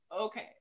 okay